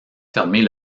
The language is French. fermer